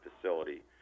facility